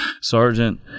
sergeant